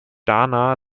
dana